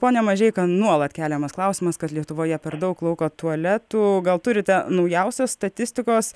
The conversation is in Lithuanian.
pone mažeika nuolat keliamas klausimas kad lietuvoje per daug lauko tualetų gal turite naujausios statistikos